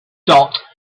dot